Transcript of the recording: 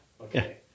Okay